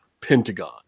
Pentagon